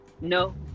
No